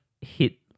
hit